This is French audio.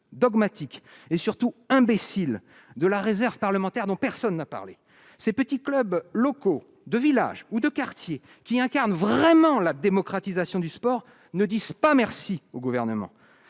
dogmatique et, surtout, imbécile de la réserve parlementaire, dont personne n'a parlé. Les petits clubs locaux de village ou de quartier, qui incarnent vraiment la démocratisation du sport, ne disent pas merci au Gouvernement